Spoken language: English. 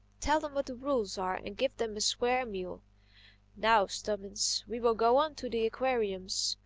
tell them what the rules are and give them a square meal now, stubbins, we will go on to the aquariums.